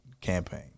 Campaign